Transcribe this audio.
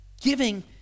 Giving